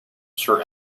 sir